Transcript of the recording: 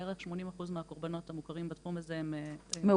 בערך 80 אחוזים מהקורבנות המוכרים בתחום הזה הם מאוקראינה.